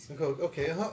Okay